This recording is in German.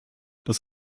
dass